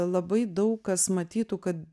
labai daug kas matytų kad